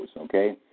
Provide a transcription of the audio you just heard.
okay